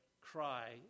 cry